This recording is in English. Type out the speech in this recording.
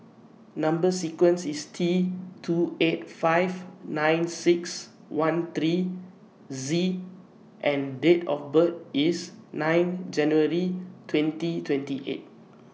Number sequence IS T two eight five nine six one three Z and Date of birth IS nine January twenty twenty eight